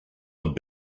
had